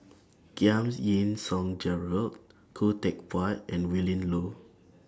Giam Yean Song Gerald Khoo Teck Puat and Willin Low